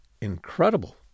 incredible